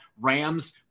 Rams